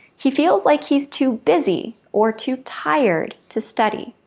he feels like he's too busy or too tired to study.